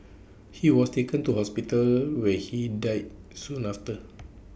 he was taken to hospital where he died soon after